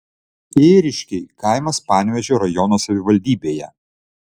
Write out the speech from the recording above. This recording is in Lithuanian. ėriškiai kaimas panevėžio rajono savivaldybėje